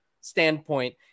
standpoint